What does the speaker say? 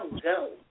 go